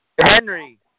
Henry